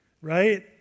right